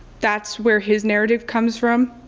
that's where his narrative comes from,